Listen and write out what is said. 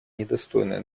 недостойное